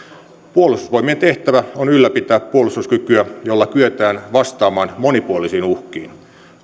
puolustusvoimien tehtävä on ylläpitää puolustuskykyä jolla kyetään vastaamaan monipuolisiin uhkiin